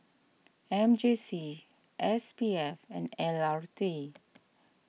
M J C S P F and L R T